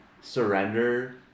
surrender